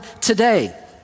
today